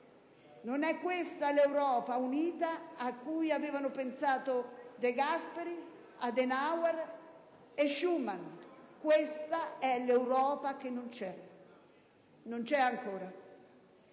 Non è questa l'Europa unita a cui avevano pensato De Gasperi, Adenauer e Schuman. Questa è l'Europa che non c'è. Non c'é ancora.